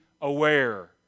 aware